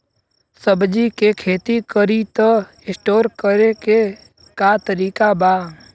सब्जी के खेती करी त स्टोर करे के का तरीका बा?